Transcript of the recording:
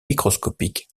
microscopique